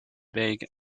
vague